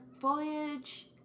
foliage